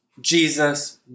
Jesus